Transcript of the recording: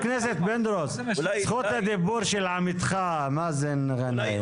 זכות הדיבור של עמיתך מאזן גנאים.